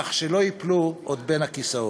כך שלא ייפלו עוד בין הכיסאות.